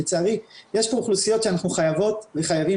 לצערי יש פה אוכלוסיות שאנחנו חייבות וחייבים